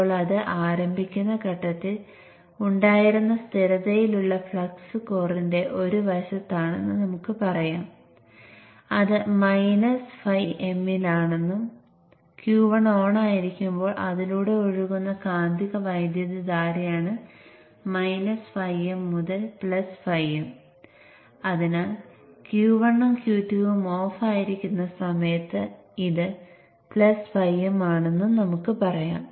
നിങ്ങൾക്ക് nVin ഉണ്ടായിരിക്കും ndVin output Vo ആയിരിക്കും കാരണം ഇതൊരു ബക്ക് കൺവെർട്ടർ പ്രവർത്തനമാണ്